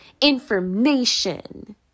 information